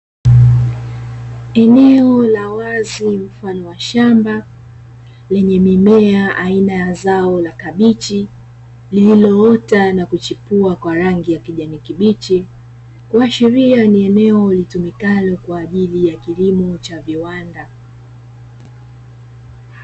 Eneo la wazi mfano wa shamba lenye mimea aina ya zao la kabichi lililoota na kuchipua kwa rangi ya kijani kibichi, huashiria ni eneo litumikalo kwa ajili ya kilimo cha viwanda.